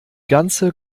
ganze